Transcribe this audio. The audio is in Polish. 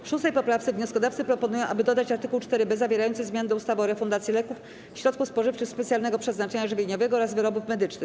W 6. poprawce wnioskodawcy proponują, aby dodać art. 4b zawierający zmiany do ustawy o refundacji leków, środków spożywczych specjalnego przeznaczenia żywieniowego oraz wyrobów medycznych.